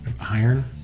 iron